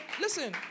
listen